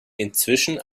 inzwischen